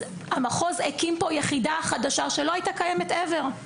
אז המחוז הקים פה יחידה חדשה שלא הייתה קיימת Ever,